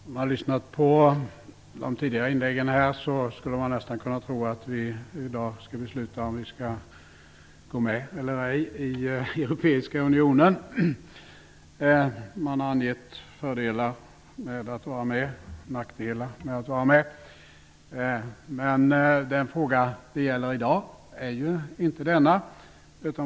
Herr talman! När man har lyssnat på de tidigare inläggen här, skulle man nästan kunna tro att vi i dag skall besluta om att gå med eller ej i Europeiska unionen -- man har angett fördelar med att vara med och nackdelar med att vara med -- men den fråga det gäller i dag är ju inte denna.